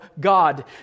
God